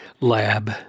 lab